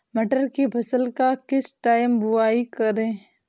मटर की फसल का किस टाइम बुवाई करें?